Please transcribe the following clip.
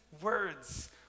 words